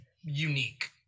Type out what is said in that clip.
unique